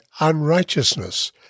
unrighteousness